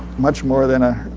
much more than ah